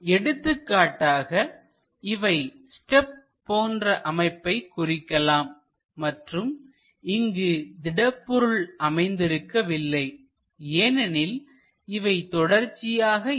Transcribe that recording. எடுத்துக்காட்டாக இவை ஸ்டெப் போன்ற அமைப்பை குறிக்கலாம் மற்றும் இங்கு திடப்பொருள் அமைந்திருக்கவில்லைஏனெனில் இவை தொடர்ச்சியாக இல்லை